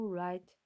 right